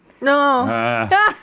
No